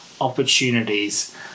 opportunities